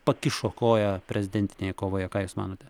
pakišo koją prezidentinėje kovoje ką jūs manote